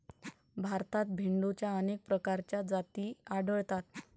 भारतात भेडोंच्या अनेक प्रकारच्या जाती आढळतात